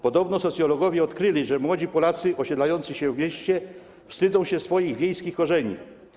Podobno socjologowie odkryli, że młodzi Polacy osiedlający się w mieście wstydzą się swoich wiejskich korzeni.